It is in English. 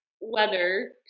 weather